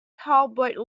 talbot